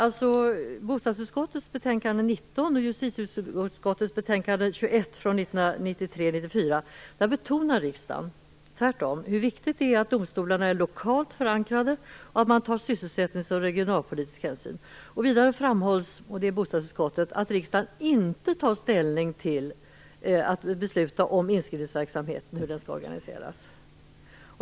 I bostadsutskottets betänkande 19 och justitieutskottets betänkande 21 från 1993/94 betonar riksdagen tvärtom hur viktigt det är att domstolarna är lokalt förankrade och att man tar sysselsättningspolitiska och regionalpolitiska hänsyn. Vidare framhålls av bostadsutskottet att riksdagen inte tar ställning till att besluta om hur inskrivningsverksamheten skall organiseras.